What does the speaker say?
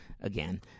again